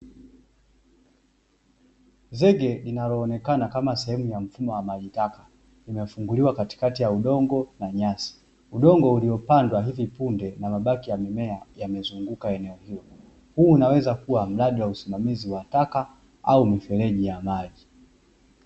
Zege linalooneka kama sehemu ya mfumo wa maji taka limefunguliwa katikati ya udongo na nyasi. Udongo uliopandwa hivi punde na mabaki ya mimea yamezunguka eneo hilo. Huu unaweza kuwa mradi wa usimamizi wa taka au mifereji ya maji.